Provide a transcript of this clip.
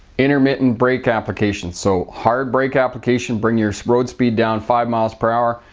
intermittent brake applications. so hard brake applications bring your road speed down five miles per hour,